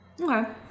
Okay